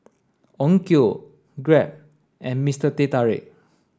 Onkyo Grab and Mister Teh Tarik